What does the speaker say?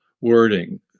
wording